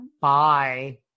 Bye